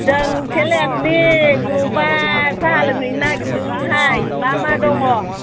जों सेल्फ हेल्फनि ग्रुपआ साहा लोंहैनो नागिरदोंमोन हाइ मा मा दङ